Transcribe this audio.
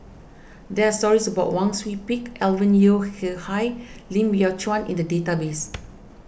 there are stories about Wang Sui Pick Alvin Yeo Khirn Hai and Lim Biow Chuan in the database